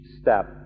step